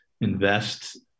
invest –